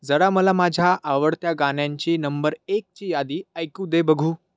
जरा मला माझ्या आवडत्या गाण्यांची नंबर एकची यादी ऐकू दे बघू